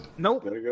Nope